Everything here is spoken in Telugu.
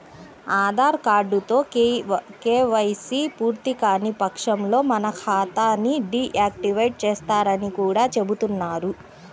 ఆధార్ కార్డుతో కేవైసీ పూర్తికాని పక్షంలో మన ఖాతా ని డీ యాక్టివేట్ చేస్తారని కూడా చెబుతున్నారు